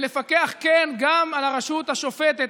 ולפקח, כן, גם על הרשות השופטת.